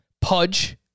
Pudge